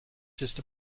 just